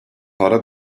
para